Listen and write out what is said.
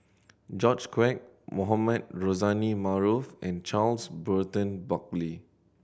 George Quek Mohamed Rozani Maarof and Charles Burton Buckley